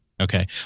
Okay